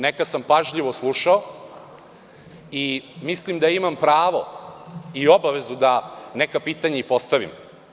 Neka sam pažljivo slušao i mislim da imam pravo i obavezu da neka pitanja i postavim.